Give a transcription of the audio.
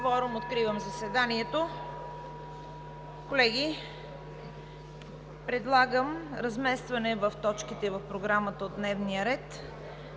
Откривам заседанието. Колеги, предлагам разместване на точките от дневния ред: